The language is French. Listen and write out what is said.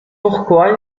pourquoi